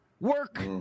Work